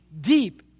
deep